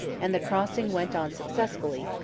and the crossing went on successfully,